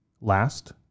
last